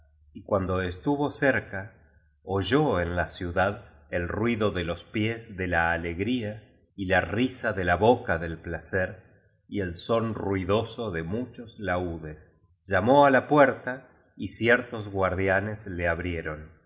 y cuando estuvo cerca oyó en la ciudad el ruido de los pies de la alegría y la risa de la boca del placer y el son ruidoso de muchos laúdes llamó á la puerta y ciertos guardianes le abrieron